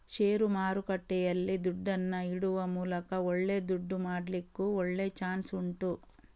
ಷೇರು ಮಾರುಕಟ್ಟೆಯಲ್ಲಿ ದುಡ್ಡನ್ನ ಇಡುವ ಮೂಲಕ ಒಳ್ಳೆ ದುಡ್ಡು ಮಾಡ್ಲಿಕ್ಕೂ ಒಳ್ಳೆ ಚಾನ್ಸ್ ಉಂಟು